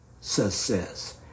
success